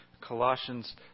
Colossians